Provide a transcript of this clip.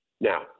Now